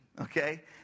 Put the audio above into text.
Okay